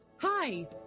Hi